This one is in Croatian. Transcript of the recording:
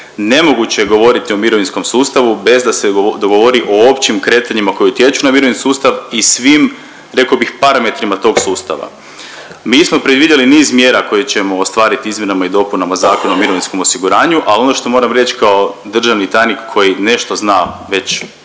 Nemoguće je govoriti o mirovinskom sustavu bez da se govori o općim kretanjima koji utječu na mirovinski sustav i svim rekao bih parametrima tog sustava. Mi smo predvidjeli niz mjera koje ćemo ostvariti izmjenama i dopunama Zakona o mirovinskom osiguranju, a ono što moram reći kao državni tajnik koji nešto zna već